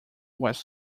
was